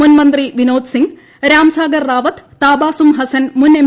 മുൻമന്ത്രി പ്പീന്റോദ് സിംഗ് രാം സാഗർ റാവത് താബാസും ഹസൻ മുൻ എം